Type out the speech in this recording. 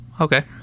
Okay